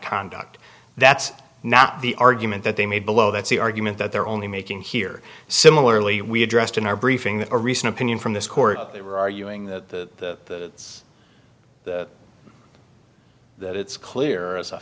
conduct that's not the argument that they made below that's the argument that they're only making here similarly we addressed in our briefing that a recent opinion from this court they were arguing the it's that it's clear as a